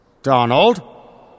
Donald